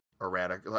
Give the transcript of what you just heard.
erratic